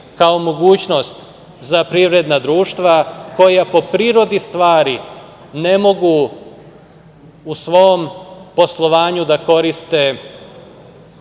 kao mogućnost za privredna društva koja po prirodi stvari ne mogu u svom poslovanju da koriste